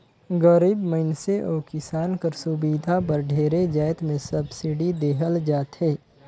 गरीब मइनसे अउ किसान कर सुबिधा बर ढेरे जाएत में सब्सिडी देहल जाथे